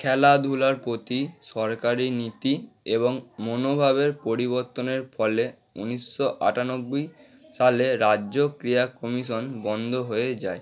খেলাধুলার প্রতি সরকারি নীতি এবং মনোভাবের পরিবর্তনের ফলে উনিশশো আটানব্বই সালে রাজ্য ক্রীয়া কমিশন বন্দ হয়ে যায়